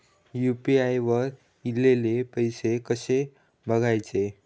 UPI वर ईलेले पैसे कसे बघायचे?